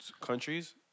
countries